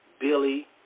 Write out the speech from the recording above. Billy